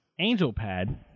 AngelPad